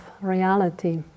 reality